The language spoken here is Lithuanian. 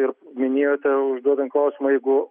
ir minėjote užduodant klausimą jeigu